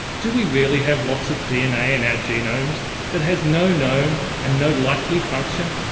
do we really have lots of dna in our genomes that has no known and no likely function?